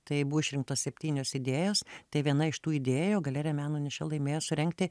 tai buvo išrinktos septynios idėjos tai viena iš tų idėjų galerija meno niša laimėjo surengti